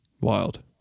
wild